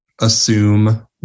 assume